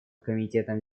комитетом